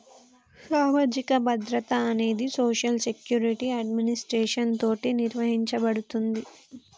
సామాజిక భద్రత అనేది సోషల్ సెక్యురిటి అడ్మినిస్ట్రేషన్ తోటి నిర్వహించబడుతుంది